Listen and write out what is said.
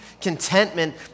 contentment